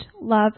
love